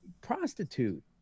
prostitute